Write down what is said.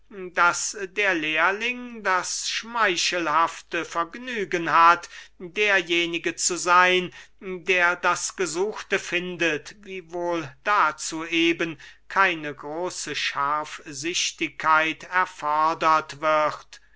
daß der lehrling das schmeichelhafte vergnügen hat derjenige zu seyn der das gesuchte findet wiewohl dazu eben keine große scharfsichtigkeit erfordert wird